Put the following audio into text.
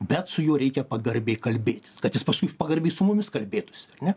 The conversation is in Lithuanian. bet su juo reikia pagarbiai kalbėtis kad jis paskui pagarbiai su mumis kalbėtųsi ar ne